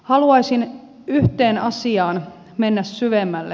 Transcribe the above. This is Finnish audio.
haluaisin yhteen asiaan mennä syvemmälle